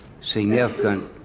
significant